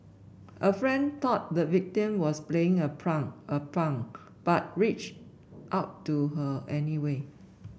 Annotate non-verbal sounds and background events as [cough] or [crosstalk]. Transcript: a friend thought the victim was playing a [unintelligible] a prank but reached out to her anyway